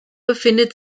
befindet